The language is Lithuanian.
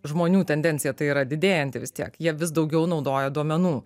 žmonių tendencija tai yra didėjanti vis tiek jie vis daugiau naudoja duomenų